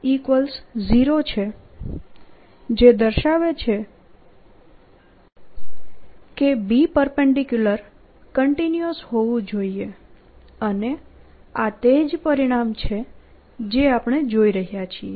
B0 છે જે દર્શાવે છે કે B કન્ટીન્યુઅસ હોવું જોઈએ અને આ તે જ પરિણામ છે જે આપણે જોઈ રહ્યા છીએ